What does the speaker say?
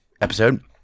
episode